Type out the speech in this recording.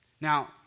Now